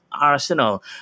Arsenal